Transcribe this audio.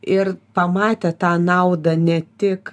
ir pamatę tą naudą ne tik